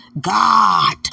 God